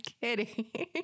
kidding